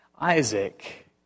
Isaac